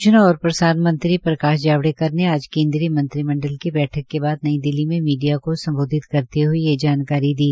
सूचना और प्रसारण मंत्री प्रकाश जावड़ेकर ने आज केद्रियमंत्रिमंडल की बैठक के बाद नई दिल्ली में मीडिया को सम्बोधित करते हये ये जानकारी दी